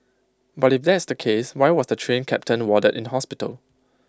but if that's the case why was the Train Captain warded in hospital